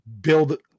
build